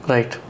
Right